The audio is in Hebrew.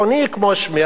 כמו שמירה,